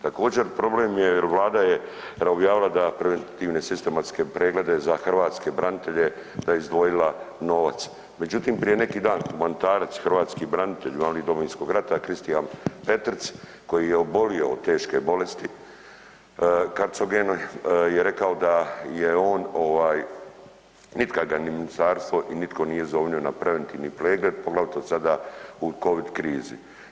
Također problem jer Vlada je objavila da preventivne sistematske preglede za hrvatske branitelje da je izdvojila novac, međutim prije neki dan humanitarac, hrvatski branitelj, invalid Domovinskog rata Kristijan Petric koji je obolio od teške bolesti karcogene je rekao da je on ni ministarstvo i nikoga ga nije zovnio na preventivni pregled, poglavito sada u covid krizi.